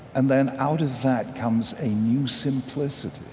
and then out of that comes a new simplicity